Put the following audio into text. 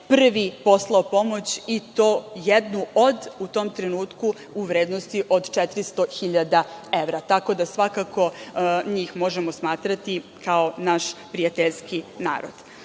prvi poslao pomoć, i to jednu od u tom trenutku u vrednosti od 400.000 evra, tako da svakako njih možemo smatrati kao prijateljski narod. Iz